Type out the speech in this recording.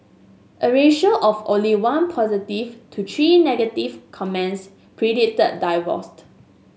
a ratio of only one positive to three negative comments predicted divorce